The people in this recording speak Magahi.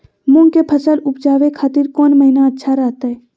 मूंग के फसल उवजावे खातिर कौन महीना अच्छा रहतय?